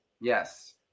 Yes